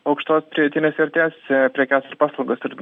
aukštos pridėtinės vertės prekes ir paslaugas ir